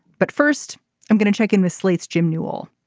but first i'm going to check in with slate's jim newell.